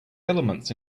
elements